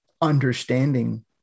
understanding